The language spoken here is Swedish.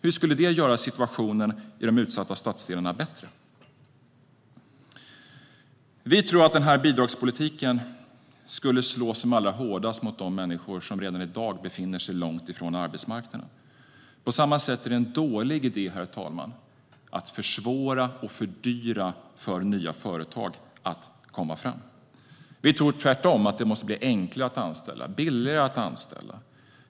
Hur skulle det göra situationen i de utsatta stadsdelarna bättre? Vi tror att denna bidragspolitik skulle slå som allra hårdast mot de människor som redan i dag befinner sig långt från arbetsmarknaden. På samma sätt är det en dålig idé, herr talman, att försvåra och fördyra för nya företag att komma fram. Vi tror tvärtom att det måste bli enklare och billigare att anställa.